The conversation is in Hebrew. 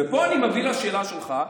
ופה אני מגיע לשאלה שלך,